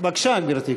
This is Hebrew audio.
בבקשה, גברתי.